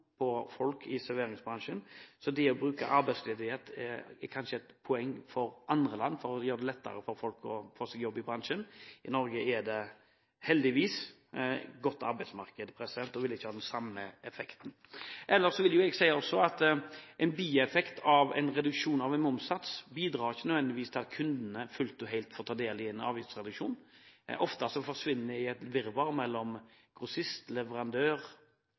på folk i serveringsbransjen. Så det å bruke arbeidsledighet er kanskje et poeng for andre land, dette kan gjøre det lettere for folk å få seg jobb i bransjen. I Norge er det heldigvis et godt arbeidsmarked, og en vil ikke få den samme effekten her. Jeg vil også si at en bieffekt av en reduksjon av en momssats ikke nødvendigvis bidrar til at kundene fullt og helt får ta del i en avgiftsreduksjon. Ofte forsvinner den i et virvar mellom grossist, leverandør,